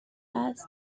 است